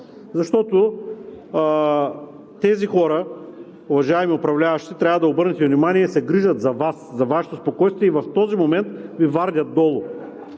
защото тези хора, уважаеми управляващи – трябва да обърнете внимание, се грижат за Вас, за Вашето спокойствие и в този момент Ви вардят долу.